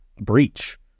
Breach